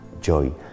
joy